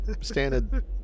standard